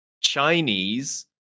Chinese